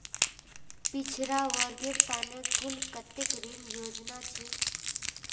पिछड़ा वर्गेर त न कुल कत्ते ऋण योजना छेक